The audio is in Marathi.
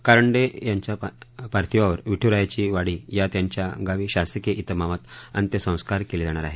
कारंडे पार्थिवावर विठ्रायाचीवाडी या त्यांच्या गावी शासकीय इतमामात अंत्यसंस्कार केले जाणार आहेत